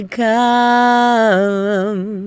come